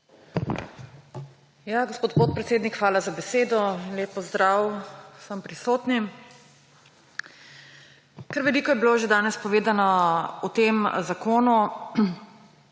Gospod podpredsednik, hvala za besedo. Lep pozdrav vsem prisotnim! Kar veliko je bilo že danes povedanega o tem zakonu.